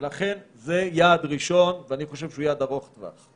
לכן, זה יעד ראשון, ואני חושב שהוא יעד ארוך טווח.